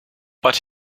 but